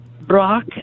Brock